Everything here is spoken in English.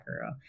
girl